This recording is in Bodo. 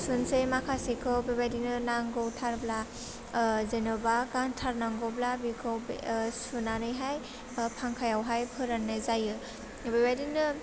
सुनसै माखासेखौ बेबायदिनो नांगौ थारब्ला ओह जेन'बा गानथार नांगौब्ला बेखौ ओह सुनानैहाइ ओह फांखायावहाइ फोरान्नाय जायो बेबायदिनो